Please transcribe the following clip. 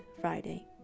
Friday